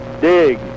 Dig